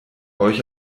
euch